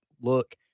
look